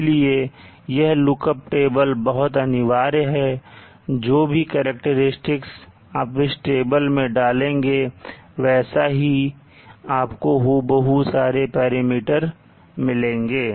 इसलिए यह look up table बहुत अनिवार्य है जो भी करैक्टेरिस्टिक्स आप इस टेबल में डालेंगे वैसा ही आपको हूबहू सारे पैरामीटर मिलेंगे